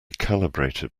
calibrated